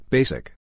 Basic